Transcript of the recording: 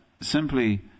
simply